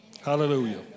Hallelujah